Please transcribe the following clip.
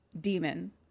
Demon